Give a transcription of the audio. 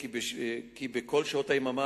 בדומה לקיים במחסומים אחרים?